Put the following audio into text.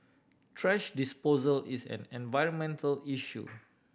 thrash disposal is an environmental issue